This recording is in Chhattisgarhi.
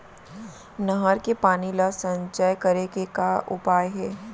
नहर के पानी ला संचय करे के का उपाय हे?